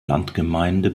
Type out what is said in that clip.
landgemeinde